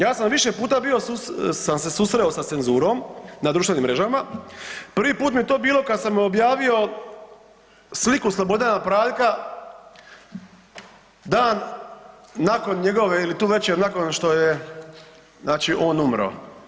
Ja sam više puta bio sam se susreo sa cenzurom na društvenim mrežama, prvi put mi je to bilo kad sam objavio sliku Slobodana Praljka, dan nakon njegove ili tu večer nakon što je znači on umro.